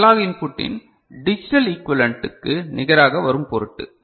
analogue இன்புட்டின் digital ஈகுவலேன்ட்டுக்கு நிகராக வரும் பொருட்டு